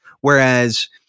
Whereas